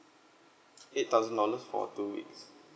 eight thousand dollars for two weeks